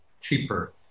cheaper